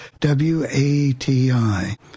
WATI